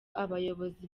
abayobozi